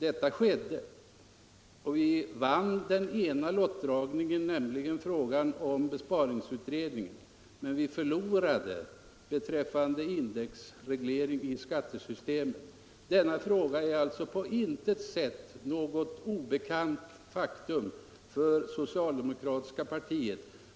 Så skedde, och vi vann den ena lottdragningen, nämligen i fråga om besparingsutredningen, men förlorade beträffande indexreglering av skattesystemet. Denna fråga är alltså på intet sätt något obekant faktum för det socialdemokratiska partiet.